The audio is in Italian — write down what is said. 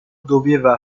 doveva